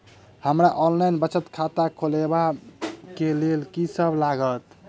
हमरा ऑनलाइन बचत खाता खोलाबै केँ लेल की सब लागत?